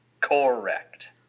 Correct